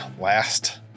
last